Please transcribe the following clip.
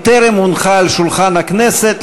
היא טרם הונחה על שולחן הכנסת,